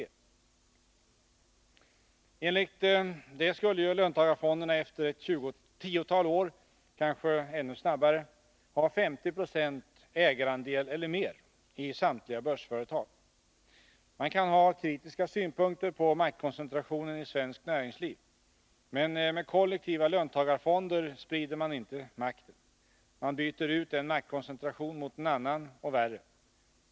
Enligt det förslaget skulle löntagarfonderna efter ett tiotal år — kanske ännu snabbare — ha 50 26 i ägarandel eller mer i samtliga börsföretag. Man kan ha kritiska synpunkter på maktkoncentrationen i svenskt näringsliv. Men med kollektiva löntagarfonder sprider man inte makten. Man byter bara ut en maktkoncentration mot en annan och värre.